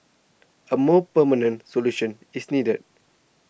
a more permanent solution is needed